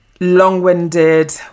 long-winded